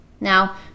Now